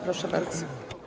Proszę bardzo.